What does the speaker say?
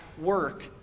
work